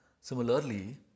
Similarly